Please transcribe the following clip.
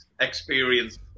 experience